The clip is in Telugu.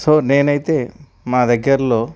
సో నేనైతే మా దగ్గరలో